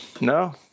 No